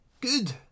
Good